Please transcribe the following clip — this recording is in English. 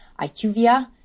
IQVIA